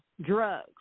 drugs